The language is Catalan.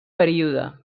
període